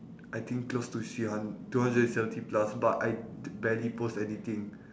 I think close to three hun~ two hundred and seventy plus but I t~ barely post anything